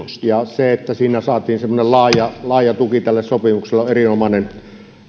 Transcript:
ja se että siinä saatiin laaja laaja tuki tälle sopimukselle on erinomainen